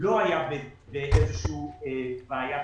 לא היה באיזושהי בעיה